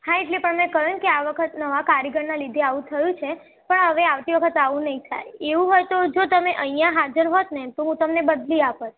હા એટલે પણ મેં કહ્યું ને કે આ વખતે નવા કારીગરના લીધે આવું થયું છે પણ હવે આવતી વખતે આવું નહીં થાય એવું હોય તો જો તમે અહીંયા હાજર હોતને તો હું તમને બદલી આપત